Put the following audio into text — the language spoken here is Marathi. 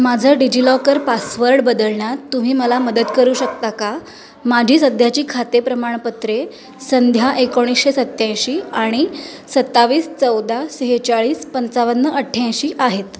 माझं डिजिलॉकर पासवर्ड बदलण्यात तुम्ही मला मदत करू शकता का माझी सध्याची खातेप्रमाणपत्रे संध्या एकोणीशे सत्त्याऐंशी आणि सत्तावीस चौदा सहेचाळीस पंचावन्न अठ्ठ्याऐंशी आहेत